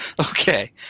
Okay